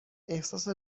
احساس